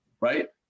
right